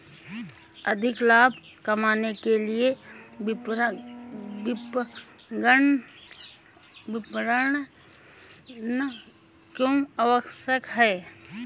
अधिक लाभ कमाने के लिए विपणन क्यो आवश्यक है?